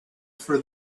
for